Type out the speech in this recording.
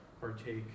partake